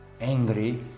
angry